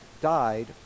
died